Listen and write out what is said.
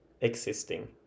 existing